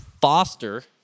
Foster